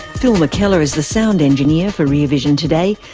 phil mckellar is the sound engineer for rear vision today.